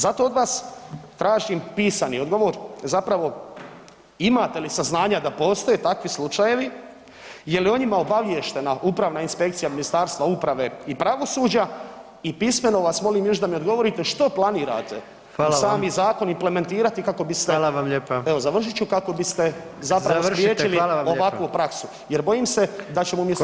Zato od vas tražim pisani odgovor, zapravo imate li saznanja da postoje takvi slučajevi, je li o njima obaviještena upravna inspekcija Ministarstva uprave i pravosuđa i pismeno vas molim još da mi odgovorite što planirate [[Upadica: Hvala vam.]] u sami zakon implementirati kako biste [[Upadica: Hvala vam lijepa.]] evo završiti ću kako biste zapravo [[Upadica: Završite, hvala vam lijepa.]] spriječili ovakvu praksu, jer bojim se da ćemo umjesto